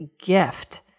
gift